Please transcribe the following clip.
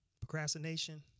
procrastination